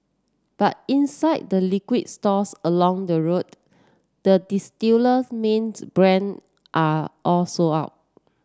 but inside the liquor stores along the road the distiller main brand are all sold out